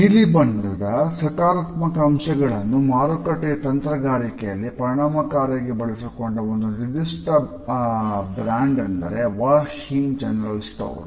ನೀಲಿಬಣ್ಣದ ಸಕಾರಾತ್ಮಕ ಅಂಶಗಳನ್ನು ಮಾರುಕಟ್ಟೆಯ ತಂತ್ರಗಾರಿಕೆಯಲ್ಲಿ ಪರಿಣಾಮಕಾರಿಯಾಗಿ ಬಳಸಿಕೊಂಡ ಒಂದು ನಿರ್ದಿಷ್ಟ ಅಂಡ್ ಬ್ರಾಂಡ್ ಎಂದರೆ ವ ಹಿಂಗ್ ಜನರಲ್ ಸ್ಟೋರ್